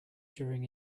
during